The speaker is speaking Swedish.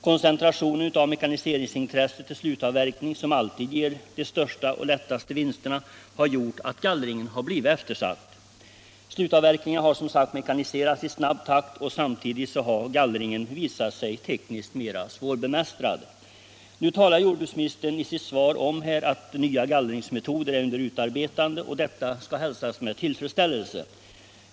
Koncentrationen av mekaniseringsintresset till slutavverkning, som alltid ger de största och lättaste vinsterna, har gjort att gallringen blivit eftersatt. Slutavverkningarna har, som sagt, mekaniserats i snabb takt, och samtidigt har gallringen visat sig tekniskt mera svårbemästrad. Nu talar jordbruksministern i sitt svar om att nya gallringsmetoder är under utarbetande, och detta skall hälsas med tillfredsställelse.